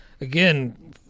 again